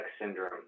syndrome